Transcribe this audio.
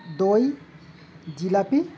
দই জিলাপি